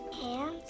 Hands